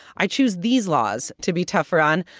i choose these laws to be tougher on.